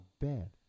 bad